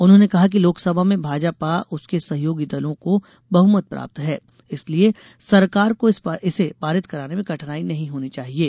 उन्होंने कहा कि लोकसभा में भाजपा और और उसके सहयोगी दलों को बहुमत प्राप्त है इसलिये सरकार को इसे पारित कराने में कठिनाई नहीं होनी चाहिये